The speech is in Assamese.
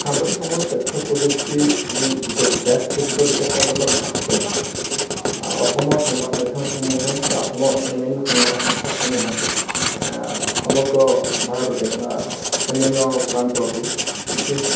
সাম্প্ৰতিক সময়ত তথ্য প্ৰযুক্তিৰ যি দ্ৰুত বিকাশ সেই দ্ৰুত বিকাশৰ লগত খাপ খুৱাই আ অসমৰ সংবাদ মাধ্যমসমূহে বা অসমৰ অন্যান্য সংবাদ সংস্থাসমূহে আ সমগ্ৰ ভাৰততে বা অন্যান্য প্ৰান্তৰতো বিশেষ